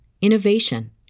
innovation